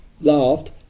Laughed